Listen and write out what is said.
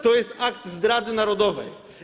To jest akt zdrady narodowej.